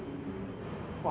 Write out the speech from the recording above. ho~ hokkien mee lor